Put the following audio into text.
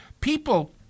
people